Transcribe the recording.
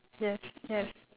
yes yes